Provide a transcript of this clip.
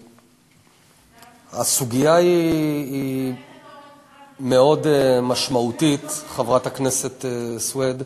הסוגיה היא מאוד משמעותית, חברת הכנסת סויד,